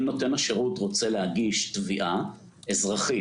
אם נותן השירות רוצה להגיש תביעה אזרחית